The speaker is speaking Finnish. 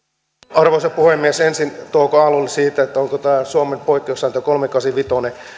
arvoisa puhemies ensin touko aallolle siitä onko tämä suomen poikkeussääntö kolmessasadassakahdeksassakymmenessäviidessä